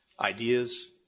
ideas